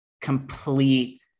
complete